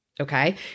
okay